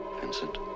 Vincent